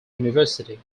university